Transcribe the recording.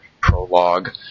prologue